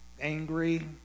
angry